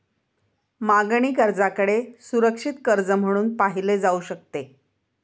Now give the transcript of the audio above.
मागणी कर्जाकडे सुरक्षित कर्ज म्हणून पाहिले जाऊ शकते